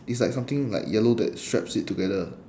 it's like something like yellow that straps it together